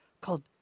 called